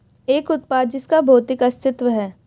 एक उत्पाद जिसका भौतिक अस्तित्व है?